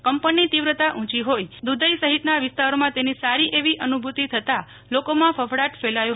કંપનની તીવ્રતા ઉંયી હોઈ દુધઈ સહિતના વિસ્તારોમાં તેની સારી એવી અનુભુતી થતા લોકોમાં ફફડાટ ફેલાયો હતો